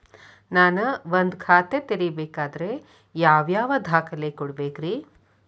ನಾನ ಒಂದ್ ಖಾತೆ ತೆರಿಬೇಕಾದ್ರೆ ಯಾವ್ಯಾವ ದಾಖಲೆ ಕೊಡ್ಬೇಕ್ರಿ?